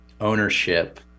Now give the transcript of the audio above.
ownership